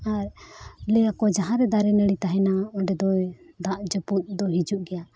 ᱟᱨ ᱞᱟᱹᱭᱟᱠᱚ ᱡᱟᱦᱟᱸᱨᱮ ᱫᱟᱨᱮᱼᱱᱟᱹᱲᱤ ᱛᱟᱦᱮᱱᱟ ᱚᱸᱰᱮ ᱫᱚ ᱫᱟᱜᱼᱡᱟᱹᱯᱩᱫ ᱫᱚ ᱦᱤᱡᱩᱜ ᱜᱮᱭᱟ